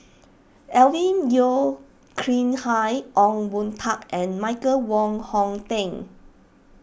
Alvin Yeo Khirn Hai Ong Boon Tat and Michael Wong Hong Teng